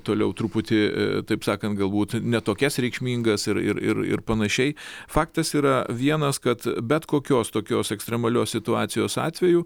toliau truputį taip sakant galbūt ne tokias reikšmingas ir ir ir panašiai faktas yra vienas kad bet kokios tokios ekstremalios situacijos atveju